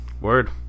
Word